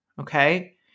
Okay